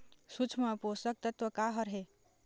सूक्ष्म पोषक तत्व का हर हे?